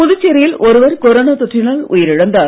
புதுச்சேரியில் ஒருவர் கொரோனா தொற்றினால் உயிரிழந்தார்